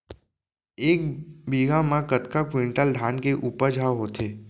एक बीघा म कतका क्विंटल धान के उपज ह होथे?